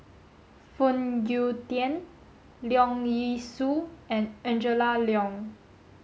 Phoon Yew Tien Leong Yee Soo and Angela Liong